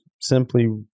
simply